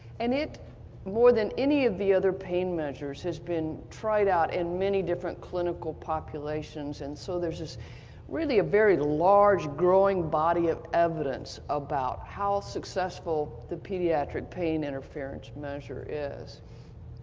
and it more than any of the other pain measures has been tried out in many different clinical populations and so there's this really a very large growing body of evidence about how successful the pediatric pain interference measure is.